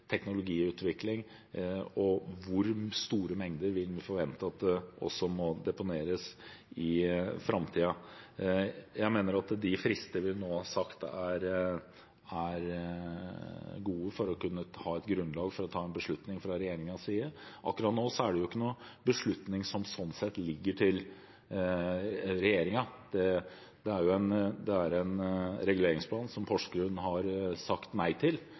teknologiutvikling, og hvor store mengder vi må forvente å deponere i framtiden. Jeg mener at de frister vi nå har for å få et grunnlag for å kunne ta en beslutning fra regjeringens side, er gode. Akkurat nå er det ikke noen beslutning som ligger til regjeringen. Det er en reguleringsplan som Porsgrunn har sagt nei til,